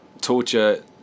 torture